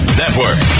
network